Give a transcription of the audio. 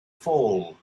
fall